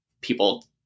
people